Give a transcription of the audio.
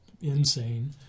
insane